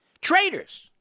traitors